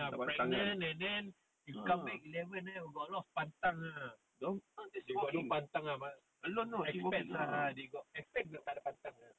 tak pantang ah dia orang a lot you know